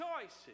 choices